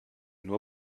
nur